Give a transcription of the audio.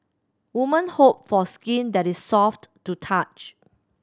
women hope for skin that is soft to touch